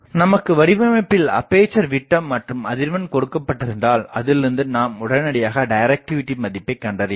நமக்கு வடிவமைப்பில் அப்பேசர் விட்டம் மற்றும் அதிர்வெண் கொடுக்கப்பட்டிருந்தால் அதிலிருந்து நாம் உடனடியாக டிரக்டிவிடி மதிப்பை கண்டறியலாம்